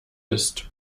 ist